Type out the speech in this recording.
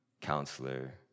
counselor